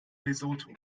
lesotho